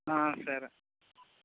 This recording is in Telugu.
సరే